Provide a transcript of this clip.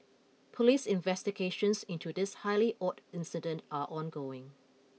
police investigations into this highly odd incident are ongoing